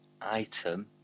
item